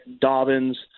Dobbins